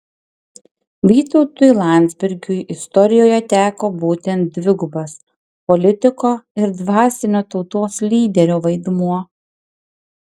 vytautui landsbergiui istorijoje teko būtent dvigubas politiko ir dvasinio tautos lyderio vaidmuo